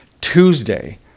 Tuesday